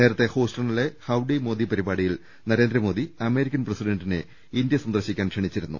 നേരത്തെ ഹൂസ്റ്റ ണിലെ ഹൌഡി മോദി പരിപാടിയിൽ നരേന്ദ്രമോദി അമേരിക്കൻ പ്രസി ഡന്റിനെ ഇന്ത്യ സന്ദർശിക്കാൻ ക്ഷണിച്ചിരുന്നു